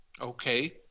okay